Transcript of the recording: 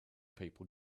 people